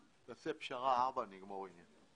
תעשה פשרה על ארבע, נגמור עניין.